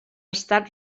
estat